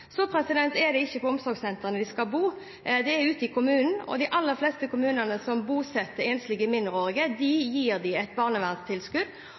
Så er det ikke på omsorgssentrene de enslige mindreårige skal bo, det er ute i kommunene, og de aller fleste kommunene som bosetter enslige mindreårige, gir dem et barnevernstilbud, og der dekker regjeringen 80 pst. av de